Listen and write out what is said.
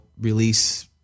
release